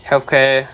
healthcare